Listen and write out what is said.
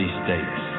states